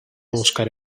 buscar